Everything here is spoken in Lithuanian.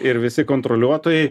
ir visi kontroliuotojai